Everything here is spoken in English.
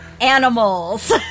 animals